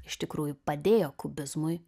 iš tikrųjų padėjo kubizmui